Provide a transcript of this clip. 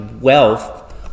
wealth